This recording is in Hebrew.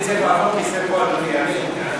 אני צריך לעבור לכיסא פה, אדוני.